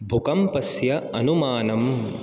भूकम्पस्य अनुमानम्